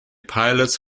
pilots